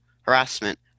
harassment